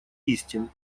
истин